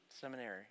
Seminary